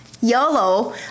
YOLO